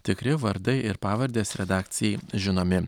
tikri vardai ir pavardės redakcijai žinomi